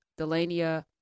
Delania